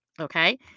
okay